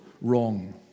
wrong